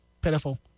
pitiful